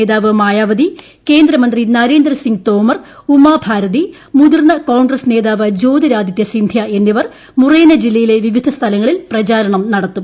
നേതാവ് മായാവതി കേന്ദ്രമന്ത്രി നരേന്ദ്രസിംഗ് തോമർ ഉമാഭാരതി മുതിർന്ന കോൺഗ്രസ് നേതാവ് ജ്യോതിരാദിത്യ സിന്ധ്യ എന്നിവർ മുറേന ജില്ലയിലെ വിവിധ സ്ഥലങ്ങളിൽ പ്രചാരണം നടത്തും